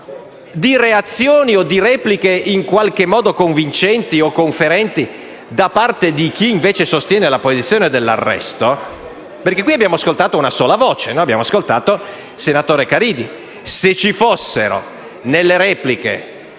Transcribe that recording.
di reazioni o di repliche convincenti o conferenti da parte di chi sostiene la posizione dell'arresto. Qui abbiamo ascoltato una sola voce: abbiamo ascoltato il senatore Caridi. Se ci fossero nelle repliche